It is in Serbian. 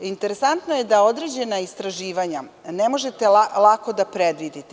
Interesantno je da određena istraživanja ne možete lako da predvidite.